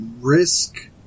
risk